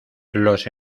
los